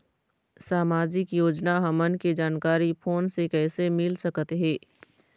सामाजिक योजना हमन के जानकारी फोन से कइसे मिल सकत हे?